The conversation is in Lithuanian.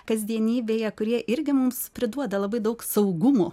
kasdienybėje kurie irgi mums priduoda labai daug saugumo